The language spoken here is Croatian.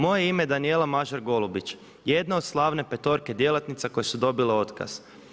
Moje je ime Danijela Mažar Golubić jedna od slavne petorke djelatnica koje su dobile otkaz.